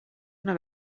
una